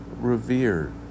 revered